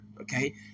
Okay